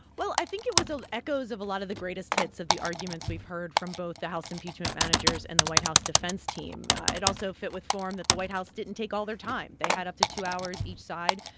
well, i think it was ah echoes of a lot of the greatest hits of the arguments we've heard from both the house impeachment managers and the white house defense team. it also fit with form that the white house didn't take all their time. they had up to two hours each side.